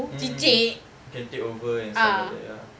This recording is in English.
mm can take over and stuff like that ya